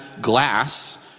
glass